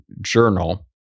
journal